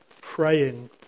praying